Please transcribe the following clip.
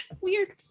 Weird